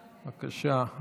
בבקשה.